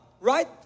right